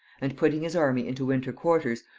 and putting his army into winter-quarters,